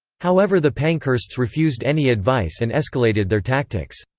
however the pankhursts refused any advice and escalated their tactics.